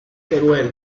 teruel